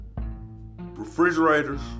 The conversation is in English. Refrigerators